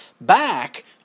back